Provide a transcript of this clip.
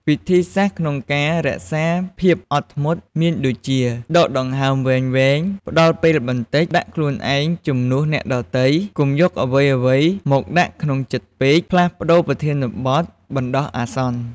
វិធីសាស្រ្តក្នុងការរក្សាភាពអត់ធ្មត់ មានដូចជា ដកដង្ហើមវែងៗ ផ្តល់ពេលបន្តិច ដាក់ខ្លួនឯងជំនួសអ្នកដទៃ កុំយកអ្វីៗមកដាក់ក្នុងចិត្តពេក ផ្លាស់ប្តូរប្រធានបទបណ្តោះអាសន្ន ។